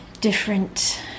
different